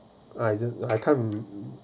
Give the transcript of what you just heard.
I just I can't